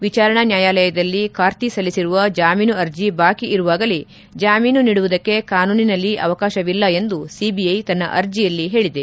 ವಿಚಾರಣಾ ನ್ನಾಯಾಲಯದಲ್ಲಿ ಕಾರ್ತಿ ಸಲ್ಲಿಸಿರುವ ಜಾಮೀನು ಅರ್ಜಿ ಬಾಕಿ ಇರುವಾಗಲೇ ಜಾಮೀನು ನೀಡುವುದಕ್ಕೆ ಕಾನೂನಿನಲ್ಲಿ ಅವಕಾಶವಿಲ್ಲ ಎಂದು ಸಿಬಿಐ ತನ್ನ ಅರ್ಜಿಯಲ್ಲಿ ಹೇಳಿದೆ